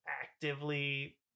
actively